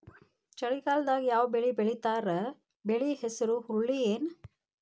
ಚಳಿಗಾಲದಾಗ್ ಯಾವ್ ಬೆಳಿ ಬೆಳಿತಾರ, ಬೆಳಿ ಹೆಸರು ಹುರುಳಿ ಏನ್?